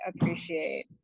appreciate